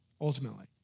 ultimately